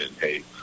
hey